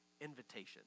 invitation